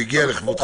הוא הגיע לכבודך.